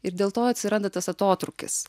ir dėl to atsiranda tas atotrūkis